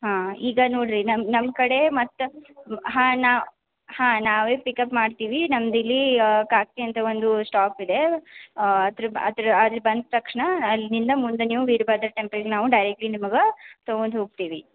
ಹಾಂ ಈಗ ನೋಡಿರಿ ನಮ್ಮ ನಮ್ಮ ಕಡೆ ಮತ್ತೆ ಹಾಂ ನಾವು ಹಾಂ ನಾವೇ ಪಿಕಪ್ ಮಾಡ್ತೀವಿ ನಮ್ದಿಲ್ಲಿ ಅಂತ ಒಂದು ಸ್ಟಾಪ್ ಇದೆ ಅದ್ರ ಬ ಅದ್ರ ಅಲ್ಲಿ ಬಂದ ತಕ್ಷಣ ಅಲ್ಲಿಂದ ಮುಂದೆ ನೀವು ವೀರಭದ್ರ ಟೆಂಪಲ್ಗೆ ನಾವು ಡೈರೆಕ್ಟ್ಲಿ ನಿಮಗೆ ತೊಗೊಂಡು ಹೋಗ್ತೀವಿ